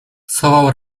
schował